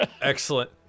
Excellent